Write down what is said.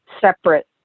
separate